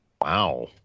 Wow